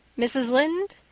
mrs. lynde?